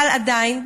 אבל עדיין,